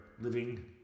living